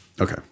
Okay